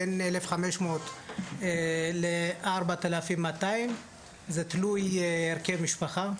בין 1,500 ל-4,200 זה תלוי הרכב משפחה,